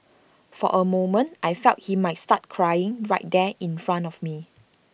for A moment I feel he might start crying right there in front of me